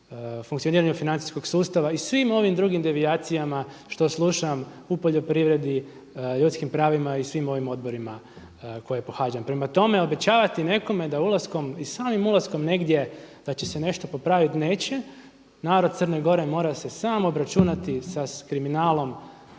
funkcioniranju financijskog sustava i svim ovim drugim devijacijama što slušam u poljoprivredi, ljudskim pravima i svim ovim odborima koje pohađam. Prema tome, obećavati nekome da ulaskom i samim ulaskom negdje da će se nešto popraviti neće. Narod Crne Gore mora se sam obračunati sa kriminalom